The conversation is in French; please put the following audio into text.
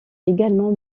également